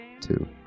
two